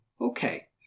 Okay